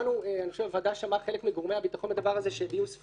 אני חושב שהוועדה שמעה חלק מגורמי הביטחון בעניין הזה,